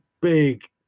big